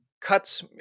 cuts